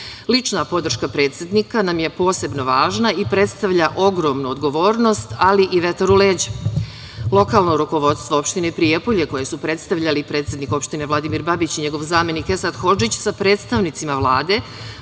Lična podrška predsednika nam je posebno važna i predstavlja ogromnu odgovornost, ali i vetar u leđa. Lokalno rukovodstvo opštine Prijepolje koje su predstavljali predsednik opštine Vladimir Babić i njegov zamenik Esad Hodžić, sa predstavnicima Vlade,